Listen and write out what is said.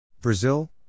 Brazil